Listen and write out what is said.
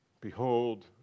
Behold